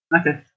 okay